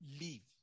leave